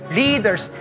leaders